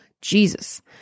Jesus